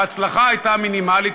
וההצלחה הייתה מינימלית,